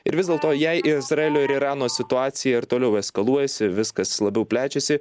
ir vis dėlto jei izraelio ir irano situacija ir toliau eskaluojasi viskas labiau plečiasi